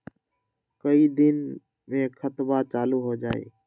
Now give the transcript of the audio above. कई दिन मे खतबा चालु हो जाई?